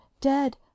Dead